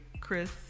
Chris